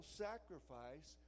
sacrifice